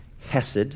Hesed